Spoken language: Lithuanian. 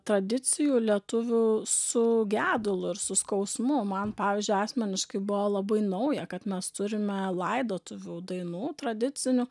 tradicijų lietuvių su gedulu ir su skausmu man pavyzdžiui asmeniškai buvo labai nauja kad mes turime laidotuvių dainų tradicinių